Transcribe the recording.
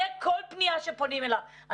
תא"ל במילואים צוקר, אני מודה לך.